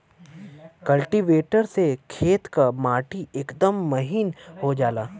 cultivator से खेत क माटी एकदम महीन हो जाला